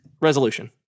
resolution